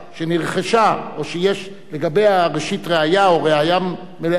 או שיש לגביה ראשית ראיה או ראיה מלאה שהיא נרכשה.